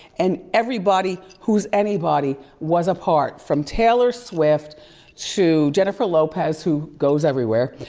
and everybody who's anybody was a part, from taylor swift to jennifer lopez, who goes everywhere,